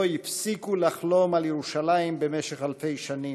הפסיקו לחלום על ירושלים במשך אלפי שנים,